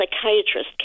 psychiatrist